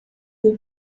will